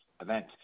event